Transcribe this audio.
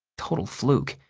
total fluke.